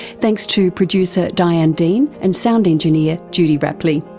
thanks to producer diane dean and sound engineer judy rapley.